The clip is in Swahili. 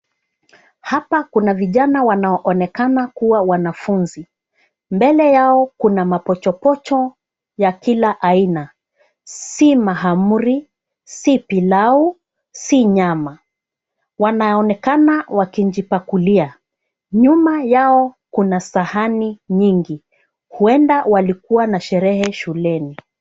Hapa kuna vijana wanaonekana kuwa wanafunzi. Mbele yao kuna mapochopocho ya kila aina. Si mahamri, si pilau, si nyama. Wanaonekana wakijipakulia. Nyuma yao kuna sahani nyingi, huenda walikuwa na sherehe shuleni.